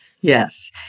Yes